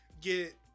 get